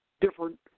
different